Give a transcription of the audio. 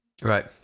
Right